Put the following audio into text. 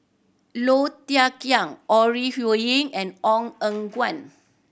Low Thia Khiang Ore Huiying and Ong Eng Guan